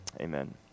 Amen